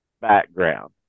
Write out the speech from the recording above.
background